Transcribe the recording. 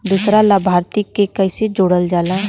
दूसरा लाभार्थी के कैसे जोड़ल जाला?